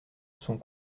sont